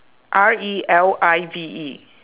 R E L I V E